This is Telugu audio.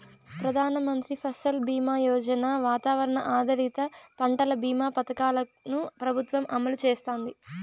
ప్రధాన మంత్రి ఫసల్ బీమా యోజన, వాతావరణ ఆధారిత పంటల భీమా పథకాలను ప్రభుత్వం అమలు చేస్తాంది